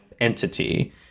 entity